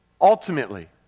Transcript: ultimately